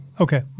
Okay